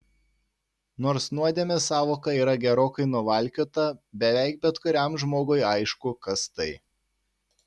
nors nuodėmės sąvoka yra gerokai nuvalkiota beveik bet kuriam žmogui aišku kas tai